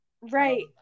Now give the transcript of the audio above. Right